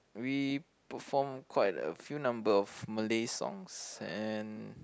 we perform quite a few number of Malay songs and